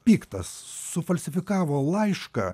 piktas sufalsifikavo laišką